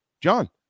John